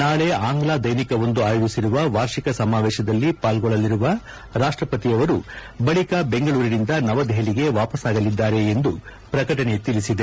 ನಾಳೆ ಆಂಗ್ಲ ದೈನಿಕವೊಂದು ಆಯೋಜಿಸಿರುವ ವಾರ್ಷಿಕ ಸಮಾವೇಶದಲ್ಲಿ ಪಾಲ್ಗೊಳ್ಳಲಿರುವ ರಾಷ್ಟಪತಿ ಬಳಿಕ ಬೆಂಗಳೂರಿನಿಂದ ನವದೆಹಲಿಗೆ ವಾಪಸ್ಸಾಗಲಿದ್ದಾರೆ ಎಂದು ಪ್ರಕಟಣೆ ತಿಳಿಸಿದೆ